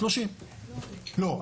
2030. לא,